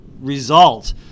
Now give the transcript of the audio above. result